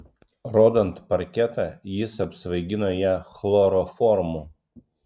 rodant parketą jis apsvaigino ją chloroformu